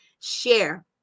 share